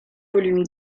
volume